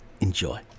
Enjoy